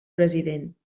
president